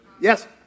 Yes